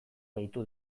gehitu